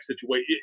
situation